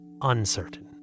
uncertain